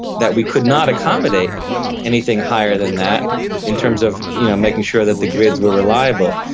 that we could not accommodate anything higher than that in terms of you know making sure that the grids were reliable.